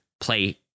play